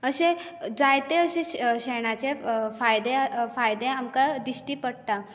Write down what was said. अशे अशे जायते अशे शेणाचे फायदे फायदे आमकां दिश्टी पडटा